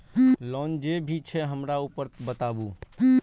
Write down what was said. Loan जे भी छे हमरा ऊपर बताबू?